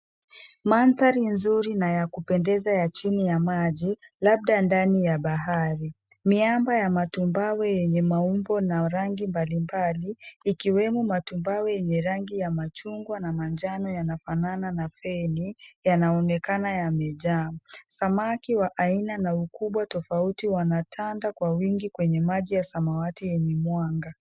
Mandhari nzuri na ya kupendeza ya chini ya maji, labda ndani ya bahari. Miamba ya matumbawe yenye maumbo na rangi mbalimbali, ikiwemo matumbawe yenye rangi ya machungwa na manjano yanafanana na feni, yanaonekana yamejaa. Samaki wa aina na ukubwa tofauti wanatanda kwa wingi kwenye maji ya samawati yenye mwanga.